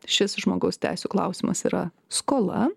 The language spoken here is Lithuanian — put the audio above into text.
šis žmogaus teisių klausimas yra skola